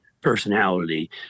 personality